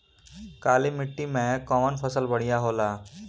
काली माटी मै कवन फसल बढ़िया होला?